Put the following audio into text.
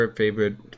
favorite